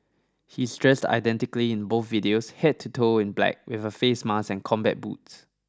he's dressed identically in both videos head to toe in black with a face mask and combat boots